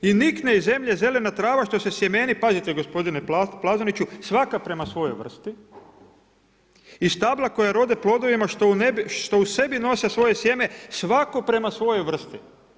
I nikne iz zemlje zelena trava što se sjemeni, pazite gospodine Plazoniću, svaka prema svojoj vrsti i stabla koja rode plodovima što u sebi nose svoje sjeme, svako prema svojoj vrsti.